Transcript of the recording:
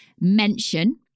mention